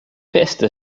peste